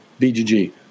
BGG